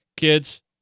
Kids